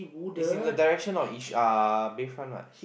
is in the direction of Yishun uh Bayfront what